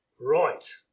Right